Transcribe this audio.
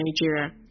Nigeria